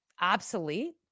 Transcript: obsolete